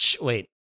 wait